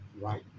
right